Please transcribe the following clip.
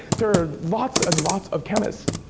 there are lots and lots of chemists,